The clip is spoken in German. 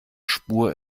spur